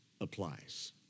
applies